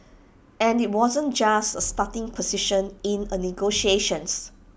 and IT wasn't just A starting position in A negotiations